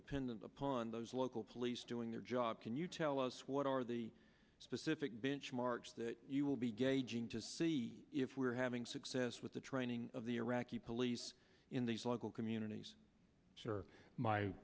dependent upon those local police doing their job can you tell us what are the specific benchmarks that you will be gauging to see if we are having success with the training of the iraqi police in these local communities or my